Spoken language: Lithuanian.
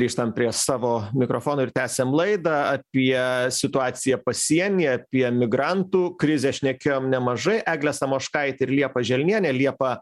grįžtam prie savo mikrofonų ir tęsiam laidą apie situaciją pasienyje apie migrantų krizę šnekėjom nemažai eglė samoškaitė ir liepa želnienė liepa